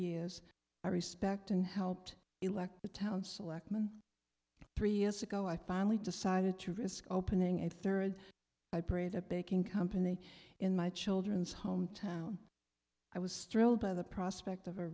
years i respect and helped elect the town selectmen three years ago i finally decided to risk opening a third i prayed a baking company in my children's home town i was thrilled by the prospect of